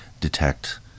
detect